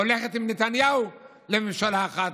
הולכת עם נתניהו לממשלה אחת,